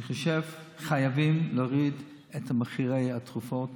אני חושב שחייבים להוריד את מחירי התרופות